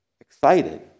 Excited